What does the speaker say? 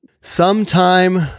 sometime